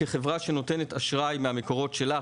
כחברה שנותנת אשראי מהמקורות שלה.